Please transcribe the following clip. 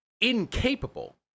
incapable